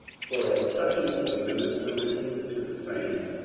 for as touching the ministering to the saints,